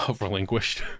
Relinquished